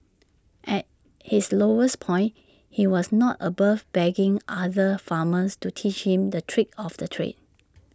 at his lowest point he was not above begging other farmers to teach him the tricks of the trade